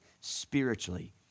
spiritually